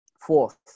Fourth